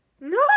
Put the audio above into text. No